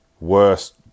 Worst